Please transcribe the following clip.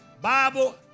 Bible